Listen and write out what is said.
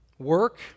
Work